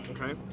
Okay